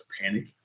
panic